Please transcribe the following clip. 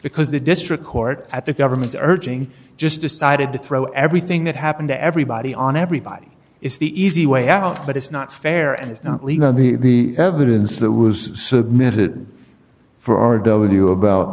because the district court at the government's urging just decided to throw everything that happened to everybody on everybody is the easy way out but it's not fair and is not legal in the evidence that was submitted for r w about